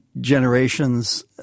generations